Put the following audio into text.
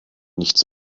nichts